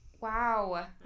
Wow